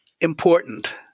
important